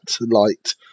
light